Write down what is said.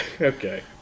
okay